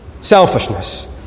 selfishness